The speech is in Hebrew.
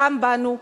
גם בנו,